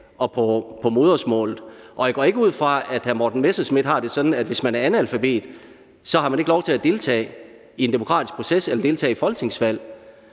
og på modersmålet. Jeg går ikke ud fra, at hr. Morten Messerschmidt har det sådan, at hvis man er analfabet, har man ikke lov til at deltage i en demokratisk proces eller deltage i folketingsvalg.